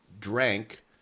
drank